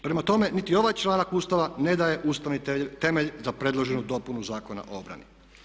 Prema tome niti ovaj članak Ustava ne daje ustavni temelj za predloženu dopuna Zakona o obrani.